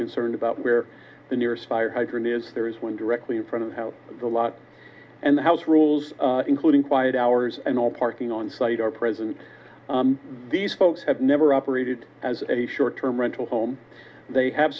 concerned about where the nearest fire hydrant is there is one directly in front of the lot and the house rules including quiet hours and all parking on site are present these folks have never operated as a short term rental home they have